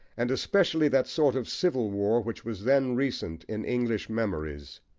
and especially that sort of civil war which was then recent in english memories.